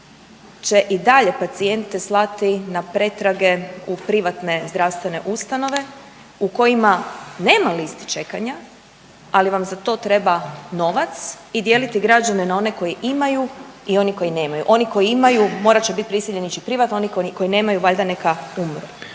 će i dalje pacijente slati na pretrage u privatne zdravstvene ustanove u kojima nema liste čekanja, ali vam za to treba i dijeliti građane na one koji imaju i one koji imaju i oni koji nemaju. Oni koji imaju, morat će biti prisiljeni ići privatno oni koji nemaju, valjda neka umru.